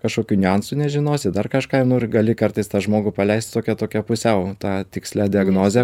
kažkokių niuansų nežinosi dar kažką nu ir gali kartais tą žmogų paleist su tokia tokia pusiau ta tikslia diagnoze